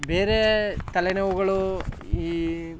ಬೇರೆ ತಲೆನೋವುಗಳು ಈ